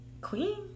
Queen